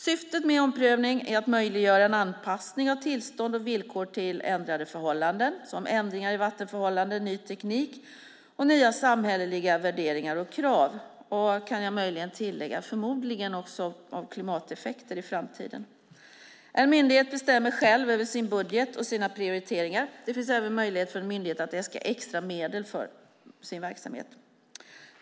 Syftet med omprövning är att möjliggöra en anpassning av tillstånd och villkor till ändrade förhållanden såsom ändringar i vattenförhållanden, ny teknik och nya samhälleliga värderingar och krav. Jag kan möjligen tillägga: förmodligen också klimateffekter i framtiden. En myndighet bestämmer själv över sin budget och sina prioriteringar. Det finns även möjlighet för en myndighet att äska extra medel för sin verksamhet.